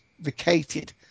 vacated